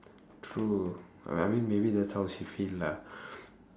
true I mean maybe that's how she feel lah